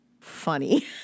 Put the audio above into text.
funny